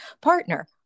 partner